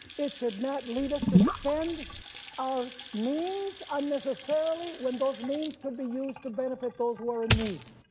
it should not lead us to spend our means unnecessarily when those means could be used to benefit those who are in need.